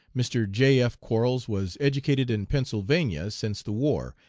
mr. j. f. quarles was educated in pennsylvania since the war,